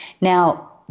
Now